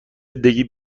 زندگی